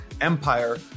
Empire